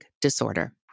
disorder